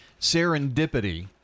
Serendipity